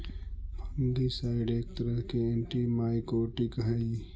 fungicide एक तरह के एंटिमाइकोटिक हई